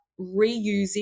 reusing